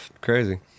Crazy